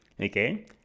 okay